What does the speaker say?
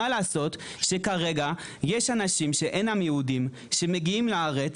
מה לעשות שכרגע יש אנשים שאינם יהודים שמגיעים לארץ,